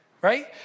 right